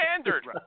standard